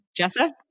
Jessa